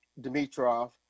Dimitrov